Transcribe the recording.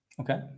Okay